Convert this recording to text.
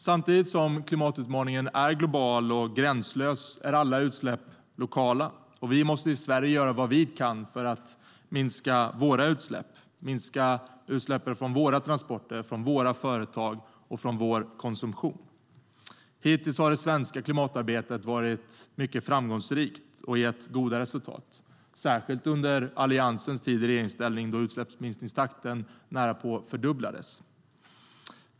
Samtidigt som klimatutmaningen är global och gränslös är alla utsläpp lokala. Vi måste i Sverige göra vad vi kan för att minska våra utsläpp - utsläppen från våra transporter, från våra företag och från vår konsumtion. Hittills har det svenska klimatarbetet varit framgångsrikt och gett goda resultat, särskilt under Alliansens tid i regeringsställning, då utsläppsminskningstakten nära på fördubblades.